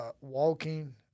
walking